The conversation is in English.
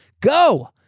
go